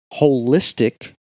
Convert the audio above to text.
holistic